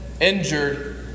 injured